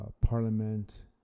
parliament